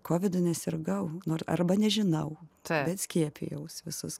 kovidu nesirgau nors arba nežinau bet skiepijausi visus